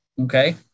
Okay